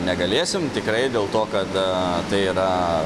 negalėsim tikrai dėl to kad tai yra